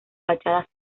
fachadas